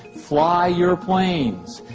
fly your planes.